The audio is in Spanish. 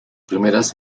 primeras